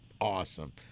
awesome